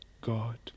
God